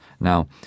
Now